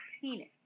penis